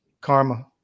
Karma